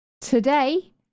today